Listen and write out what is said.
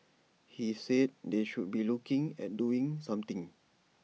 he said they should be looking at doing something